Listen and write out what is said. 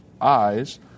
eyes